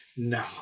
No